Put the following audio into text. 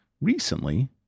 recently